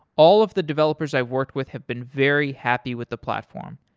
all of the developers i've worked with have been very happy with the platform.